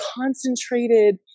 concentrated